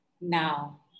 now